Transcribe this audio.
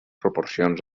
proporcions